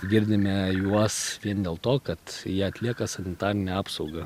girdime juos vien dėl to kad jie atlieka sanitarinę apsaugą